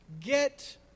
Get